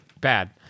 Bad